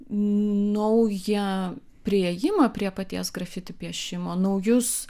naują priėjimą prie paties grafiti piešimo naujus